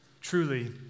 Truly